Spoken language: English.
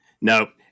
No